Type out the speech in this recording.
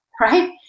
right